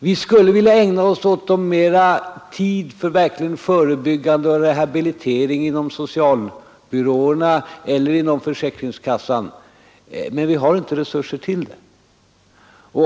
Vi skulle vilja ägna mera tid åt verkligt förebyggande åtgärder och återrehabilitering inom socialbyråerna eller inom försäkringskassan, men vi har inte resurser till det.